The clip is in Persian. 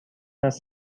است